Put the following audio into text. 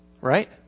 Right